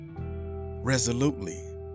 Resolutely